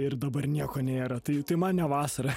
ir dabar nieko nėra tai tai man ne vasara